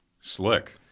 Slick